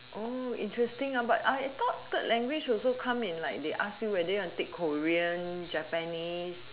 oh interesting ah but I thought third language also come in like they ask you whether you want to take korean japanese